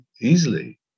easily